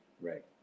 Right